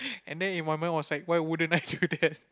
and then in my mind was like why wouldn't I do that